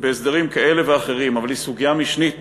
בהסדרים כאלה ואחרים, אבל היא סוגיה משנית